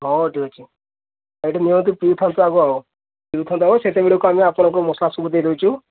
ହଁ ହଁ ଠିକ୍ ଅଛି ଏଇଠି ନିଅନ୍ତୁ ପିଉଥାନ୍ତୁ ଆଗ ପିଉଥାନ୍ତୁ ସେତେବେଳକୁ ଆମେ ଆପଣଙ୍କୁ ମସଲା ସବୁ ଦେଇ ଦେଉଛୁ